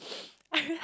I realise